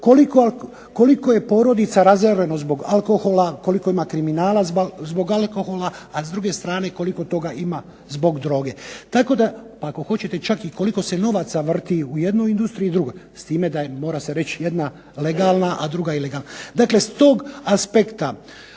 Koliko je porodica razoreno zbog alkohola, koliko ima kriminala zbog alkohola, a s druge strane koliko toga ima zbog droge? Tako da ako hoćete čak i koliko se novaca vrti u jednoj industriji i drugoj, s time da je, mora se reći, jedna legalna, a druga ilegalna. Dakle, s tog aspekta